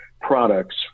products